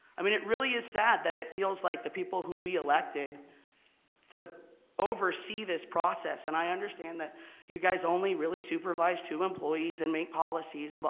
i mean it really is sad that it feels like the people who we elected to oversee this process, and i understand that you guys only really supervise two employees and make policies and but